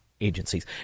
agencies